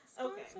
Okay